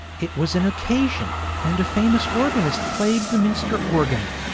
it was an occasion, and a famous organist played the minster organ.